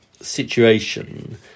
situation